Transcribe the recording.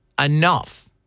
Enough